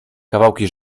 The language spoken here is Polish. kawałki